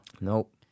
Nope